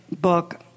book